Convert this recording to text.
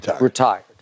retired